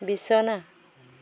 বিছনা